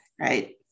right